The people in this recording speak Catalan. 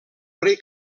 rei